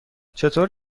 چطور